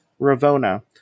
Ravona